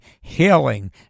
healing